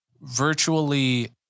Virtually